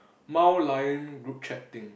mild lion group chat thing